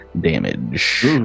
damage